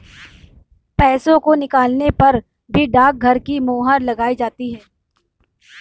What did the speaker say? पैसों को निकालने पर भी डाकघर की मोहर लगाई जाती है